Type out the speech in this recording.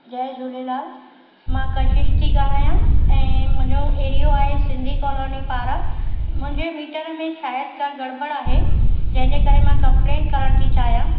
जय झूलेलाल मां कशिश थी ॻाल्हायां ऐं मुंहिंजो एरियो आहे सिंधी कॉलोनी पार्क मुंहिंजे मीटर में शायद का गड़बड़ आहे जंहिंजे करे मां कंप्लेन करण थी चाहियां